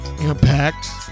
Impact